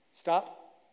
stop